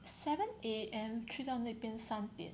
seven A_M 去到那边三点